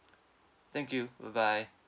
thank you bye bye